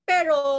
Pero